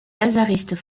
lazaristes